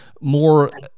more